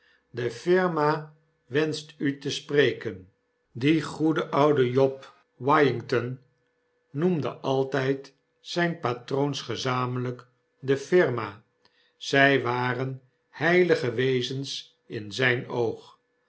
de firma wenscht u te spreken die goede oude job wiginton noemde altijd zijne patroons gezamenlp de firma zij waren heilige wezens in zyn oog